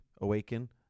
awaken